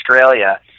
Australia